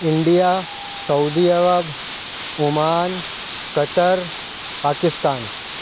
India Saudi Arab Oman Qatar Pakistan